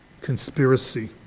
conspiracy